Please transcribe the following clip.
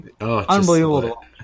unbelievable